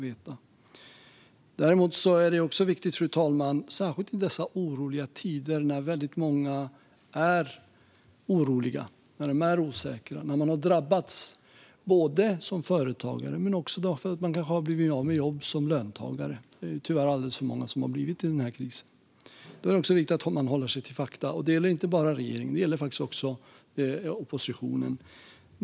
Det är viktigt att hålla sig till fakta, särskilt under tider som dessa när väldigt många är oroliga och osäkra och har drabbats som företagare eller för att man har blivit av med jobb som löntagare. Tyvärr har alldeles för många blivit det under krisen. Att hålla sig till fakta gäller inte bara regeringen utan även oppositionen.